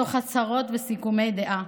תוך הצהרות וסיכומי דעה: